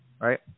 right